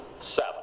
seven